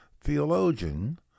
theologian